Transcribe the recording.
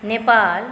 Nepal